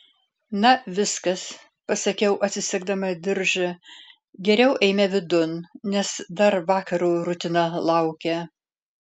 na viskas pasakiau atsisegdama diržą geriau eime vidun nes dar vakaro rutina laukia